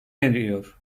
eriyor